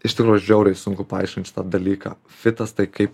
iš tikrųjų žiauriai sunku paaiškint šitą dalyką fitas tai kaip